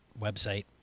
website